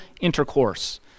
intercourse